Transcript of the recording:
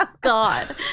God